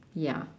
ya